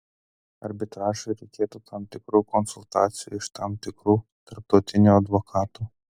arbitražui reikėtų tam tikrų konsultacijų iš tam tikrų tarptautinių advokatų